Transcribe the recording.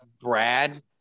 Brad